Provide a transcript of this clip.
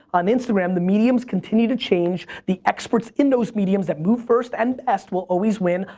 on instagram. the mediums continue to change. the experts in those mediums that move first and best will always win,